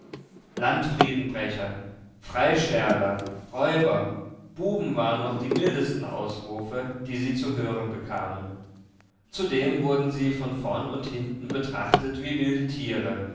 landfriedenbrecher freischärler räuber buben waren noch die mildesten ausrufe die sie zu hören bekamen zudem wurden sie von vorn und hinten betrachtet wie wilde tiere